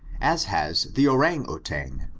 as has the ourang-outang,